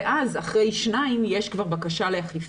ואז אחרי שניים יש כבר בקשה לאכיפה.